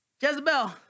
Jezebel